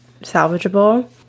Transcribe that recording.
salvageable